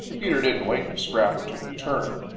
peter didn't wait for scrapper to return.